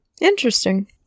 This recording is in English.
Interesting